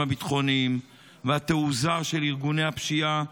הביטחוניים והתעוזה של ארגוני הפשיעה